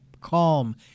calm